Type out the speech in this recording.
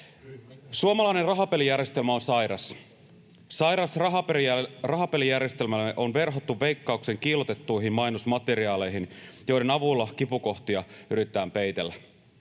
Suomalainen rahapelijärjestelmä on sairas. Sairas rahapelijärjestelmämme on verhottu Veikkauksen kiillotettuihin mainosmateriaaleihin, joiden avulla kipukohtia yritetään peitellä.